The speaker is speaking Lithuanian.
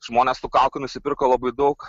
žmonės tų kaukių nusipirko labai daug